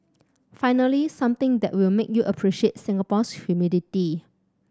finally something that will make you appreciate Singapore's humidity